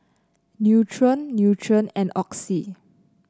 Nutren Nutren and Oxy